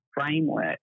framework